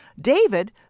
David